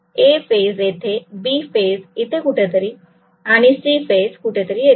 A phase येथे B phase कुठेतरी इथे आणि C फेज कुठेतरी येथे